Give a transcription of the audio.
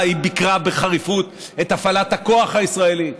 היא ביקרה בחריפות את הפעלת הכוח הישראלית.